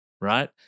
Right